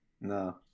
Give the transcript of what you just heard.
No